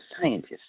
scientists